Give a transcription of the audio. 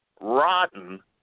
rotten